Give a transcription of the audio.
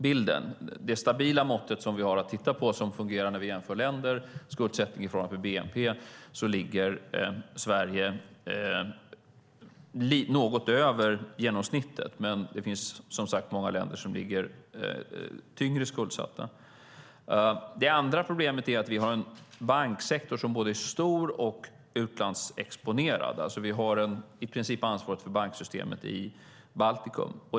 För det stabila mått som vi har att titta på och som fungerar när vi jämför länder, skuldsättning i förhållande till bnp, ligger Sverige något över genomsnittet, men det finns många länder som har tyngre skuldsättning. Det andra problemet är att vi har en banksektor som är både stor och utlandsexponerad. Vi har i princip ansvaret för banksystemet i Baltikum.